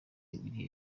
iri